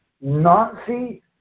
Nazi